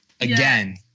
again